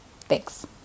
thanks